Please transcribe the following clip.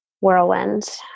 whirlwind